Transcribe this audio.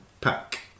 Pack